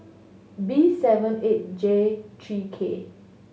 B seven eight J three K